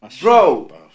bro